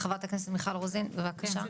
חברת הכנסת מיכל רוזין, בבקשה.